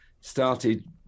started